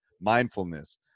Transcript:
mindfulness